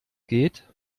geht